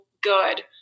good